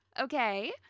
okay